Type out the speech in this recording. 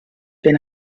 been